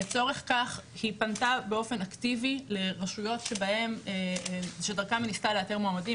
לצורך כך היא פנתה באופן אקטיבי לרשויות שדרכן היא ניסתה לאתר מועמדים,